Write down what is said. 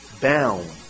bound